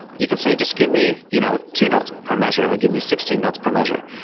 you can say, just give me you know two notes per measure, or give me sixteen notes per measure,